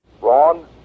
Ron